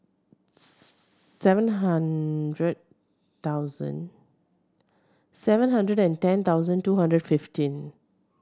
seven hundred thousand seven hundred and ten thousand two hundred fifteen